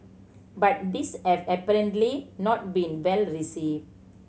but these have apparently not been well received